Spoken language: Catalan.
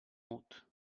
mut